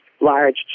large